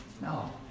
No